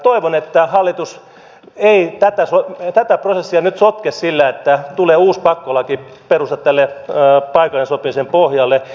toivon että hallitus ei tätä prosessia nyt sotke sillä että tulee uusi pakkolaki perustaksi tänne paikallisen sopimisen pohjalle